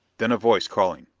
then a voice calling,